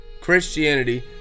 Christianity